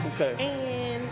Okay